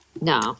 No